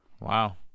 Wow